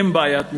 אין בעיית משילות,